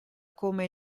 come